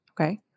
Okay